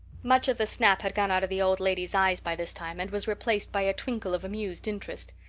much of the snap had gone out of the old lady's eyes by this time and was replaced by a twinkle of amused interest.